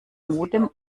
modem